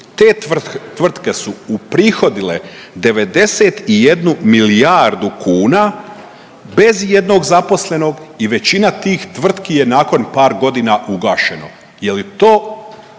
te tvrtke su uprihodile 91 milijardu kuna bez ijednog zaposlenog i većina tih tvrtki je nakon par godina ugašeno.